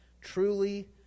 Truly